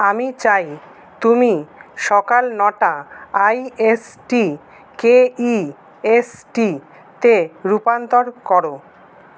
আমি চাই তুমি সকাল নটা আই এস টিকেই এস টিতে রূপান্তর করো